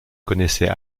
connaissait